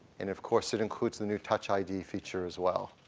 and of course it includes the new touch id feature as well.